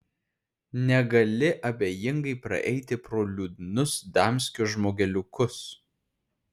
negali abejingai praeiti pro liūdnus damskio žmogeliukus